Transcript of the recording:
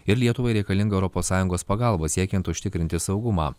ir lietuvai reikalinga europos sąjungos pagalba siekiant užtikrinti saugumą